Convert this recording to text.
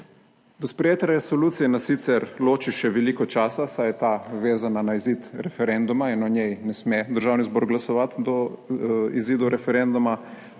Do sprejetja resolucije nas sicer loči še veliko časa, saj je ta vezana na izid referenduma in o njej ne sme Državni zbor glasovati do izida referenduma.